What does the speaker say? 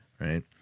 right